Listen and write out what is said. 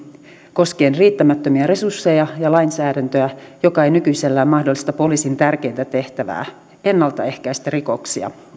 koskien riittämättömiä resursseja ja lainsäädäntöä joka ei nykyisellään mahdollista poliisin tärkeintä tehtävää ennaltaehkäistä rikoksia